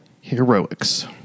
heroics